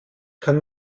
kann